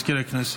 נגד מזכיר הכנסת,